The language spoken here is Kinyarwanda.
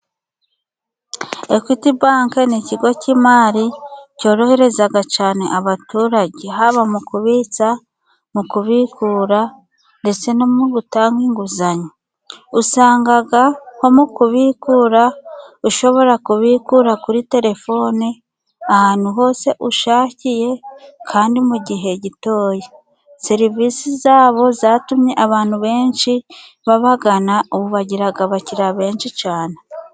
Ekwiti banke n'ikigo cy'imari cyorohereza cyane abaturage, haba mu kubitsa mu kubikura ndetse no mu gutanga inguzanyo, usanga nko mu kubikura ushobora kubikura kuri telefone, ahantu hose ushakiye kandi mu gihe gitoya, serivisi zabo zatumye abantu benshi babagana, ubu bagira abakiriya benshi cyane.